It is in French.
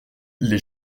les